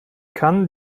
kann